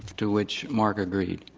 to which marc agreed.